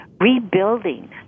rebuilding